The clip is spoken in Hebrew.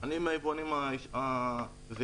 אני מהיבואנים הזעירים.